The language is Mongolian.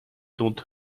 дунд